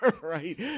right